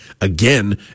again